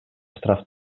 штраф